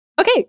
Okay